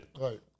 right